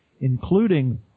including